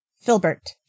Filbert